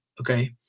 okay